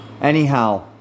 Anyhow